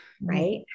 right